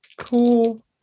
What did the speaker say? Cool